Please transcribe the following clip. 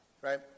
Right